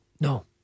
No